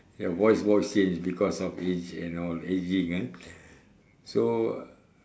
your voice box change because of age and all aging eh so